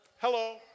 Hello